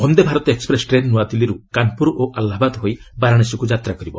Vande Bharat express train ନୂଆଦିଲ୍ଲୀରୁ କାନପୁର ଓ ଆହ୍ଲାବାଦ ହୋଇ ବାରାଣସୀକୁ ଯାତ୍ରା କରିବ